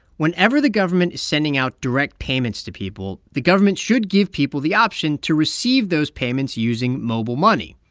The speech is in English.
whenever the government is sending out direct payments to people, the government should give people the option to receive those payments using mobile money.